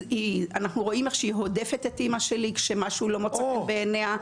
אנחנו רואים איך היא הודפת את אימא שלי כשמשהו לא מוצא חן בעיניה.